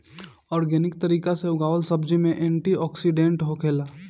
organic तरीका उगावल सब्जी में एंटी ओक्सिडेंट होखेला